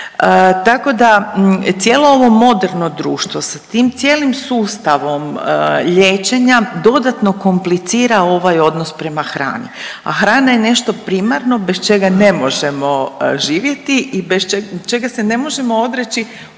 Tako da cijelo ovo moderno društvo sa tim cijelim sustavom liječenja dodatno komplicira ovaj odnos prema hrani. A hrana je nešto primarno bez čega ne možemo živjeti i bez čega, čega se ne možemo odreći